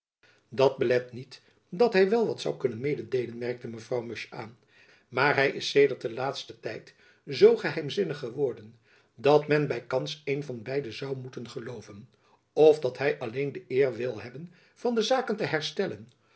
dat belet niet dat hy wel wat zoû kunnen mededeelen merkte mevrouw musch aan maar hy is sedert den laatsten tijd zoo geheimzinnig geworden dat men bykans een van beiden zoû moeten gelooven f dat hy alleen de eer wil hebben van de zaken te herstellen